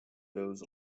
goes